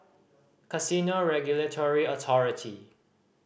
Casino Regulatory Authority